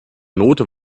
note